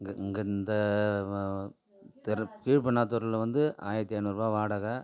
இங்கே இந்த தெரு கீழ்பென்னாத்துாருவில் வந்து ஆயிரத்து ஐந்நூறுருபா வாடகை